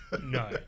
No